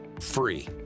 free